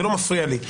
זה לא מפריע לי.